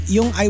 Yung